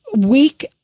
weak